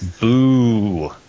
Boo